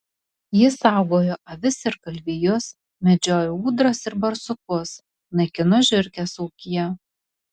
jis saugojo avis ir galvijus medžiojo ūdras ir barsukus naikino žiurkes ūkyje